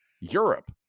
Europe